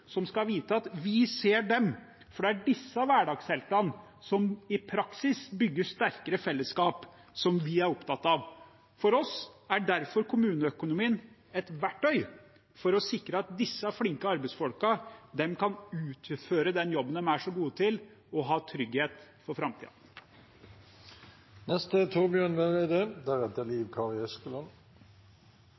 som skal vite at vi ser dem, for det er disse hverdagsheltene – som i praksis bygger sterkere fellesskap – vi er opptatt av. For oss er derfor kommuneøkonomien et verktøy for å sikre at disse flinke arbeidsfolkene kan utføre den jobben de er så gode til, og ha trygghet for